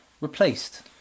replaced